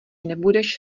nebudeš